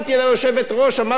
אמרתי לה: תעשי לי טובה,